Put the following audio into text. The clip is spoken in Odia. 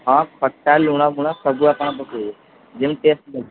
ହଁ ଖଟା ଲୁଣ ଫୁଣ ସବୁ ଆପଣ ପକାଇବେ ଯେମିତି ଟେଷ୍ଟ୍ ଲାଗିବ